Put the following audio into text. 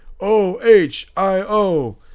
O-H-I-O